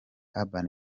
urban